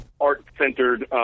art-centered